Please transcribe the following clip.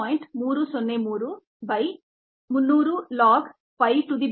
303 by 300 log 5 to the base 10 ಸಿಗುತ್ತದೆ ಇದು 5